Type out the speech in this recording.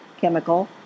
chemical